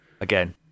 again